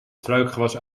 struikgewas